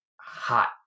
hot